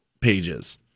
pages